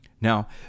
now